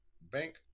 Bank